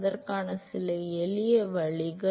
அதற்கான சில எளிய வழிகள்